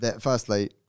Firstly